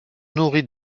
nourrit